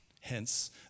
Hence